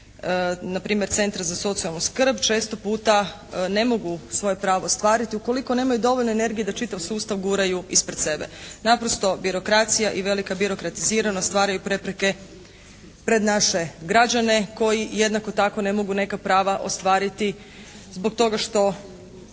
na primjer centra za socijalnu skrb često puta ne mogu svoje pravo ostvariti ukoliko nemaju dovoljno energije da čitav sustav guraju ispred sebe. Naprosto birokracija i velika birokratiziranost stvaraju prepreke pred naše građane koji jednako tako ne mogu neka prava ostvariti zbog toga što